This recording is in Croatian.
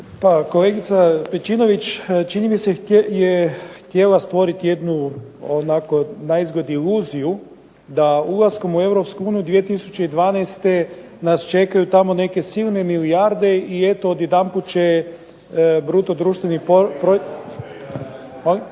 kolegica Pejčinović čini mi se da je htjela stvoriti onako naizgled iluziju, da ulaskom u Europsku uniju 2012. nas čekaju silne milijarde i eto odjedanput će bruto društveni proizvod